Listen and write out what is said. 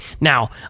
Now